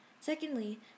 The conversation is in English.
Secondly